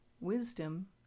wisdom